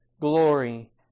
glory